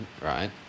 right